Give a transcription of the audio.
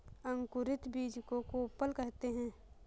अंकुरित बीज को कोपल कहते हैं